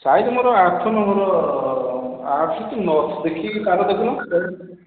size ମୋର ଆଠ number ଆଠ କି ନ ଦେଖିକି କାଗଜ ଦେଖୁନ